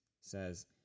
says